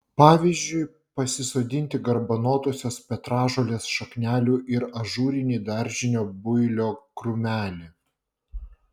pavyzdžiui pasisodinti garbanotosios petražolės šaknelių ir ažūrinį daržinio builio krūmelį